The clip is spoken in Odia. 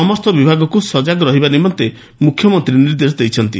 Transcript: ସମସ୍ତ ବିଭାଗକୁ ସଜାଗ ରହିବା ନିମନ୍ତେ ମୁଖ୍ୟମନ୍ତୀ ନିର୍ଦ୍ଦେଶ ଦେଇଛନ୍ତି